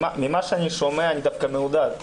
ממה שאני שומע אני דווקא מתעודד.